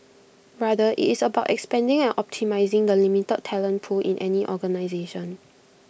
rather IT is about expanding and optimising the limited talent pool in any organisation